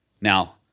Now